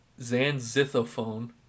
zanzithophone